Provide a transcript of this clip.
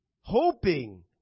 Hoping